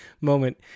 moment